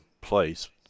place